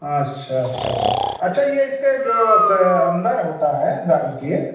अच्छा अच्छा अच्छा अच्छा यह इसके जो अंदर होता है गाड़ी के